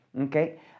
Okay